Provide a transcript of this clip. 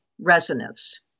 resonance